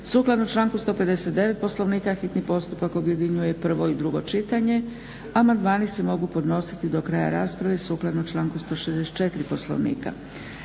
Sukladno članku 159. Poslovnika hitni postupak objedinjuje i prvo i drugo čitanje. Amandmani se mogu podnositi do kraja rasprave sukladno članku 164. Poslovnika.